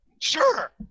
Sure